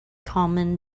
common